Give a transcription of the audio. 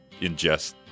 ingest